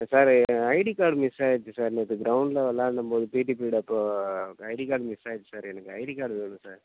ஆ sir என் ID card miss ஆகிடுச்சு sir நேற்று கிரௌண்ட்டில் விளாடும் போது பீட்டி பீரியட் அப்போ ஐடி கார்டு மிஸ் ஆகிடுச்சு சார் எனக்கு ஐடி கார்டு வேணும் சார்